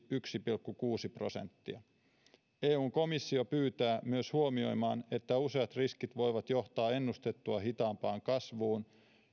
yksi pilkku kuusi prosenttia eun komissio pyytää myös huomioimaan että useat riskit voivat johtaa ennustettua hitaampaan kasvuun